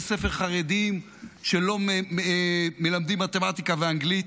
ספר חרדיים שלא מלמדים מתמטיקה ואנגלית,